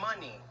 money